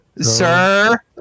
sir